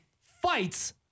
fights